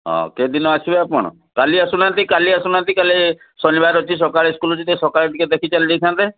ହେଉ କେଉଁଦିନ ଆସିବେ ଆପଣ କାଲି ଆସୁନାହାନ୍ତି କାଲି ଆସୁନାହାନ୍ତି କାଲି ଶନିବାର ଅଛି ସକାଳେ ସ୍କୁଲ ଅଛି ସକାଳେ ଟିକିଏ ଦେଖି ଚାଲି ଯାଇଥାନ୍ତେ